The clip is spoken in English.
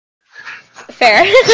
Fair